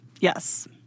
Yes